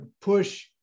push